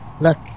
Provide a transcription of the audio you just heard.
Look